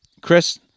Chris